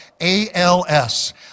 ALS